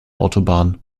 autobahn